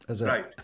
Right